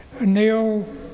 Neil